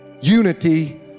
Unity